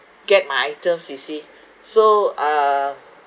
get my items you see so um